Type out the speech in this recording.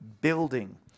building